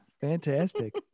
fantastic